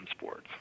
sports